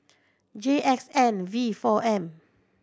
J X N V four M